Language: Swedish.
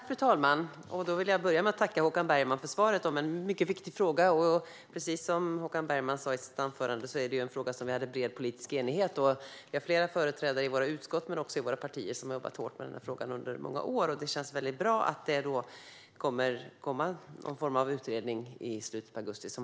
Fru talman! Jag vill börja med att tacka Håkan Bergman för svaret. Det är en mycket viktig fråga och, precis som Håkan Bergman sa, en fråga där det råder bred politisk enighet. Flera företrädare i våra utskott och i våra partier har jobbat hårt med frågan under många år. Det känns bra att utredningen kommer att komma med någon form av betänkande i slutet av augusti.